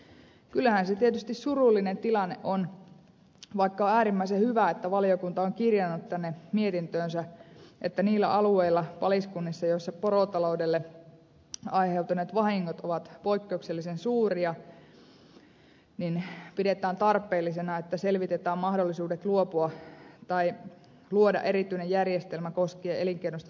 kyllähän se tietysti surullinen tilanne on vaikka on äärimmäisen hyvä että valiokunta sen on kirjannut tänne mietintöönsä että niillä alueilla paliskunnissa joilla porotaloudelle aiheutuneet vahingot ovat poikkeuksellisen suuria pidetään tarpeellisena että selvitetään mahdollisuudet luoda erityinen järjestelmä koskien elinkeinosta luopumista